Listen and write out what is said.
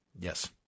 Yes